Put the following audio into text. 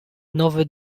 nowy